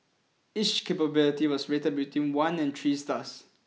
each capability was rated between one and three stars